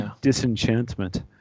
disenchantment